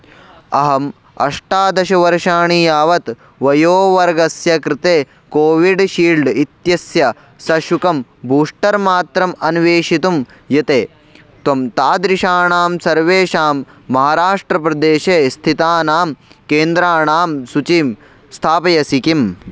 अहम् अष्टादशवर्षाणि यावत् वयोवर्गस्य कृते कोविड्शील्ड् इत्यस्य सशुल्कं बूस्टर् मात्राम् अन्वेषयितुं यत् त्वं तादृशाणां सर्वेषां महाराष्ट्रप्रदेशे स्थितानां केन्द्राणां सूचिं स्थापयसि किम्